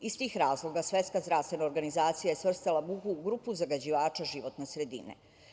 Iz tih razloga Svetska zdravstvena organizacija je svrstala buku u grupu zagađivača životne sredine.